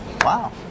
wow